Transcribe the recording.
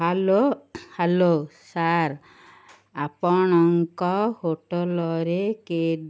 hello hello sir ଆପଣଙ୍କ ହୋଟଲରେ କିଏ